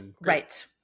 right